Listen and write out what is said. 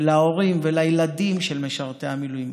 ולהורים ולילדים של משרתי המילואים.